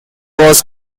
was